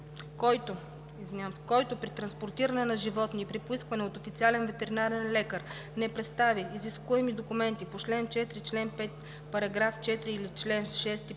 Който при транспортиране на животни и при поискване от официален ветеринарен лекар не представи изискуеми документи по чл. 4, чл. 5, параграф 4 или чл. 6, параграф 1,